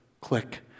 click